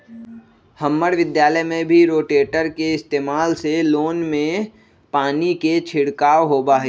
हम्मर विद्यालय में भी रोटेटर के इस्तेमाल से लोन में पानी के छिड़काव होबा हई